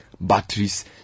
batteries